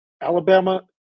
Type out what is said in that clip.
Alabama